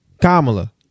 Kamala